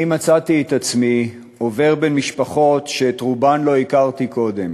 אני מצאתי את עצמי עובר בין משפחות שאת רובן לא הכרתי קודם,